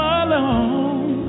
alone